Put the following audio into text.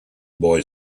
boy